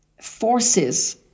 forces